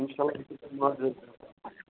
اِنشاء اللہ